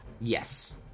Yes